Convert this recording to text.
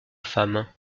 femmes